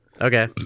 Okay